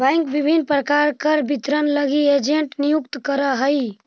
bank विभिन्न प्रकार के कर वितरण लगी एजेंट नियुक्त करऽ हइ